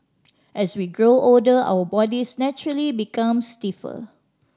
as we grow older our bodies naturally become stiffer